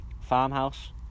farmhouse